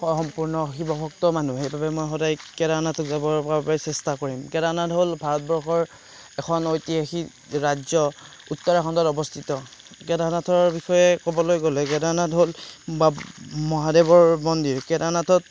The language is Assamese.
সম্পূৰ্ণ শিৱ ভক্ত মানুহ সেইবাবে মই সদায় কেদাৰনাথত যাবৰ বাবে চেষ্টা কৰিম কেদাৰনাথ হ'ল ভাৰতবৰ্ষৰ এখন ঐতিহাসিক ৰাজ্য উত্তৰাখণ্ডত অৱস্থিত কেদাৰনাথৰ বিষয়ে ক'বলৈ গ'লে কেদাৰনাথ হ'ল বা মহাদেৱৰ মন্দিৰ কেদাৰনাথত